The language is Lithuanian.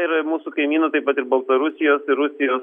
ir mūsų kaimynų taip pat ir baltarusijos ir rusijos